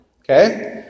okay